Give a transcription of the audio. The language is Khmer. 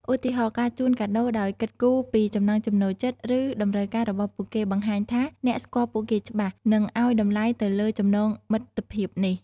ឧទាហរណ៍ ការជូនកាដូដោយគិតគូរពីចំណង់ចំណូលចិត្ត ឬតម្រូវការរបស់ពួកគេ បង្ហាញថាអ្នកស្គាល់ពួកគេច្បាស់ និងឲ្យតម្លៃទៅលើចំណងមិត្តភាពនេះ។